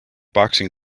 boxing